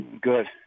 Good